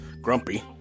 grumpy